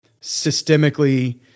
systemically